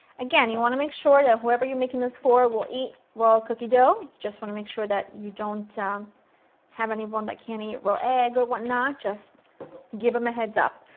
again, you want to make sure that whoever you're making this for will eat raw cookie dough. just want to make sure you don't have anyone that can't eat raw egg or whatnot, just give them a heads up.